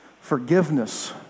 forgiveness